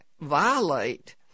violate